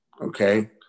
Okay